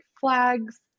flags